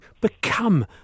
become